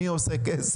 מי בדואר עושה כסף.